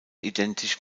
identisch